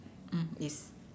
mm yes